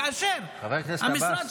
כאשר המשרד שלך --- חבר הכנסת עבאס.